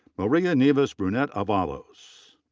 maria nieves brunet avalos.